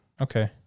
Okay